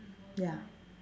ya